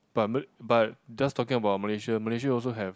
but malay~ but just talking about Malaysia Malaysia also have